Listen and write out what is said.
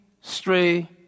stray